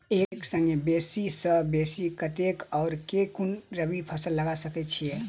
एक संगे बेसी सऽ बेसी कतेक आ केँ कुन रबी फसल लगा सकै छियैक?